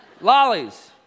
Lollies